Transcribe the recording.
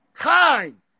time